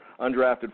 undrafted